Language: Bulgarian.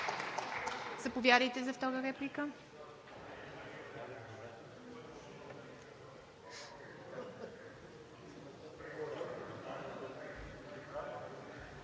Заповядайте за втора реплика